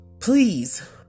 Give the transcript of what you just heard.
please